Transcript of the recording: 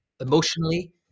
emotionally